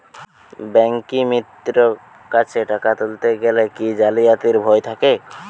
ব্যাঙ্কিমিত্র কাছে টাকা তুলতে গেলে কি জালিয়াতির ভয় থাকে?